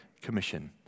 commission